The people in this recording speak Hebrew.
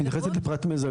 את מתייחסת לפרט מזהה,